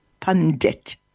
Pundit